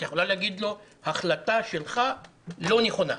את יכולה להגיד לו החלטה שלך לא נכונה,